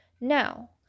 now